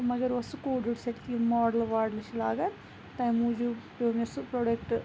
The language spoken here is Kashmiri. تہٕ مَگَر اوس سُہ کوٚڑِڈ سیٚٹ یِم ماڈلہٕ واڈلہٕ چھِ لاگان تمہِ موٗجوب پیٚو مےٚ سُہ پروڈَکٹ